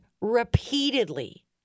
repeatedly